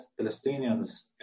Palestinians